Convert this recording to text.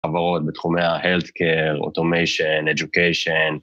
חבורות בתחומי ההלט קייר, אוטומיישן, אד'וקיישן.